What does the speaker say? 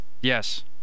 yes